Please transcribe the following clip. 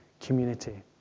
community